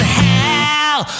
hell